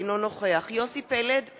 אינו נוכח יוסי פלד,